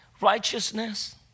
righteousness